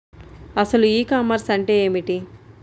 అసలు e commerce అంటే ఏమిటి?